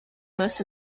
most